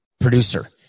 producer